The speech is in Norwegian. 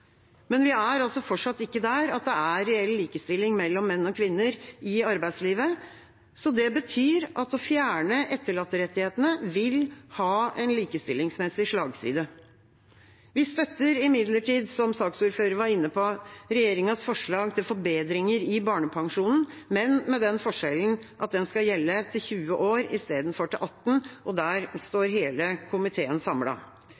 Men vi er fortsatt ikke der at det er reell likestilling mellom menn og kvinner i arbeidslivet. Det betyr at å fjerne etterlatterettighetene vil ha en likestillingsmessig slagside. Vi støtter imidlertid, som saksordføreren var inne på, regjeringas forslag til forbedringer i barnepensjonen, men med den forskjellen at den skal gjelde til 20 år istedenfor til 18. Der